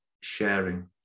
sharing